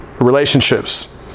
relationships